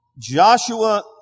Joshua